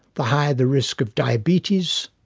the higher the risk of diabetes,